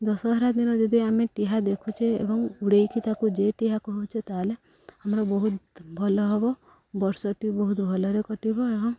ଦଶହରା ଦିନ ଯଦି ଆମେ ଟିହା ଦେଖୁଛେ ଏବଂ ଉଡ଼ାଇକି ତାକୁ ଜେଟିହା କହୁଛେ ତା'ହେଲେ ଆମର ବହୁତ ଭଲ ହବ ବର୍ଷଟି ବହୁତ ଭଲରେ କଟିବ ଏବଂ